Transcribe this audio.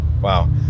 Wow